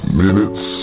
minutes